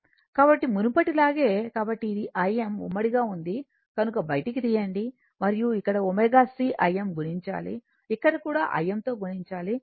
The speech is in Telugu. కాబట్టి మునుపటిలాగే కాబట్టి ఇది Im ఉమ్మడి గా ఉంది కనుక బయటకి తీయండి మరియు ఇక్కడ ω c Im గుణించాలి ఇక్కడ కూడా Im గుణించాలి